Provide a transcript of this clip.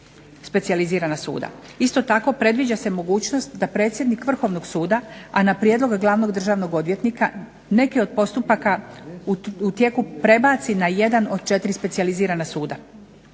Isto tako predviđa se mogućnost da predsjednik Vrhovnog suda, a na prijedlog glavnog državnog odvjetnika neke od postupaka u tijeku prebaci na jedan od 4 specijalizirana suda.